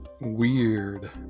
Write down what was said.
Weird